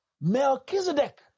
Melchizedek